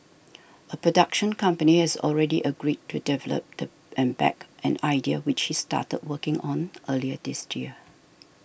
a production company has already agreed to develop the and back an idea which he started working on earlier this year